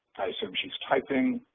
i assume she's typing.